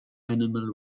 animal